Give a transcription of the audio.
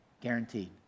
Guaranteed